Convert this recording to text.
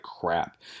crap